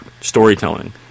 storytelling